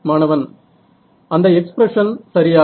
மாணவன் அந்த எக்ஸ்பிரஷன் சரியாகும்